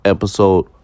Episode